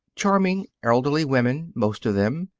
charming elderly women, most of them,